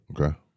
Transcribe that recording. Okay